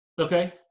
Okay